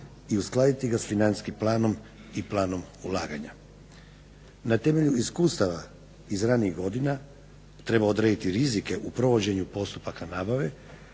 i uskladiti ga sa financijskim planom i planom ulaganja. Na temelju iskustava iz ranijih godina treba odrediti rizike u provođenju postupaka nabave